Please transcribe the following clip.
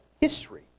history